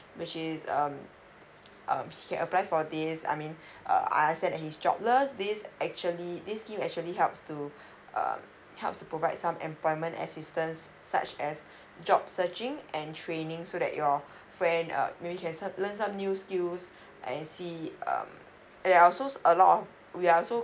which is um um he can apply for this I mean uh I understand that he is jobless this actually this scheme actually helps to uh helps provide some employment assistance such as job searching and training so that your friend uh maybe can some learn some new skills and see it um and there are also a lot of we are also